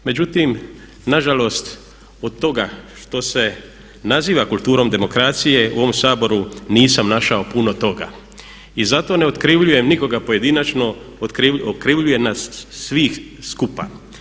Međutim, nažalost od toga što se naziva kulturom demokracije u ovom Saboru nisam našao puno toga i zato ne okrivljujem nikoga pojedinačno, okrivljujem nas svih skupa.